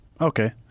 Okay